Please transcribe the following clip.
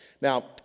Now